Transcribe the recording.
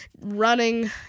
running